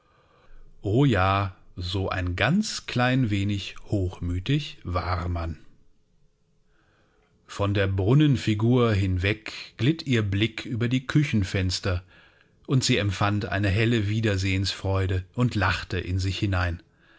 o ja so ein ganz klein wenig hochmütig war man von der brunnenfigur hinweg glitt ihr blick über die küchenfenster und sie empfand eine helle wiedersehensfreude und lachte in sich hinein